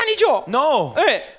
no